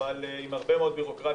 אבל עם הרבה מאוד ביורוקרטיה.